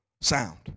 sound